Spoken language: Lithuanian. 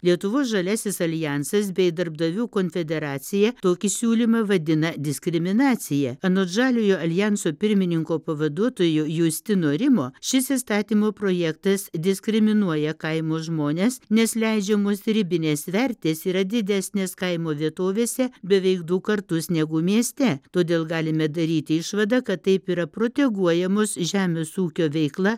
lietuvos žaliasis aljansas bei darbdavių konfederacija tokį siūlymą vadina diskriminacija anot žaliojo aljanso pirmininko pavaduotojo justino rimo šis įstatymo projektas diskriminuoja kaimo žmones nes leidžiamos ribinės vertės yra didesnės kaimo vietovėse beveik du kartus negu mieste todėl galime daryti išvadą kad taip yra proteguojamos žemės ūkio veikla